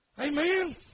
Amen